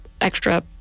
extra